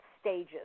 stages